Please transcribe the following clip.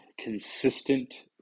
consistent